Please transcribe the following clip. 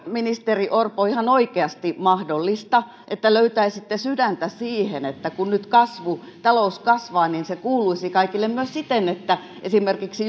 ministeri orpo ihan oikeasti mahdollista että löytäisitte sydäntä siihen että kun nyt talous kasvaa niin se kuuluisi kaikille myös siten että esimerkiksi